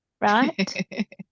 Right